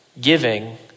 giving